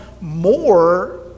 more